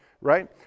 right